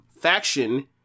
faction